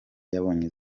yabonye